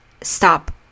stop